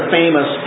famous